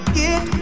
get